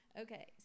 Okay